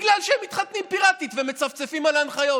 בגלל שהם מתחתנים פיראטית ומצפצפים על ההנחיות.